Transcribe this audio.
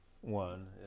One